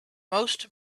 most